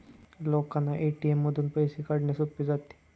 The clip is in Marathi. लोकांना ए.टी.एम मधून पैसे काढणे सोपे जाते